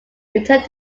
returned